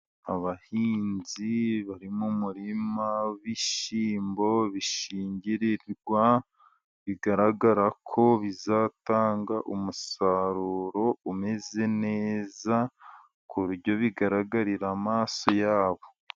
Abahinzi bari mu murima w'ibishimbo bishingirwa, bigaragara ko bizatanga umusaruro umeze neza ku buryo bigaragarira amaso yabo.